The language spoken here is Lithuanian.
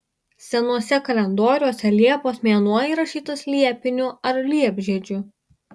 senuose kalendoriuose liepos mėnuo įrašytas liepiniu ar liepžiedžiu